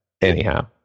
anyhow